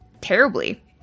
terribly